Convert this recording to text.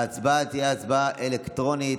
ההצבעה תהיה הצבעה אלקטרונית.